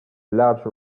large